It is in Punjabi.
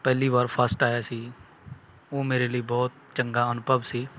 ਪਹਿਲੀ ਵਾਰ ਫਸਟ ਆਇਆ ਸੀ ਉਹ ਮੇਰੇ ਲਈ ਬਹੁਤ ਚੰਗਾ ਅਨੁਭਵ ਸੀ